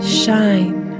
shine